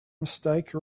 mistake